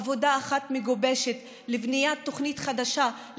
עבודה אחת מגובשת לבניית תוכנית חדשה,